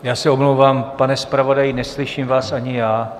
Já se omlouvám, pane zpravodaji, neslyším vás ani já.